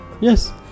Yes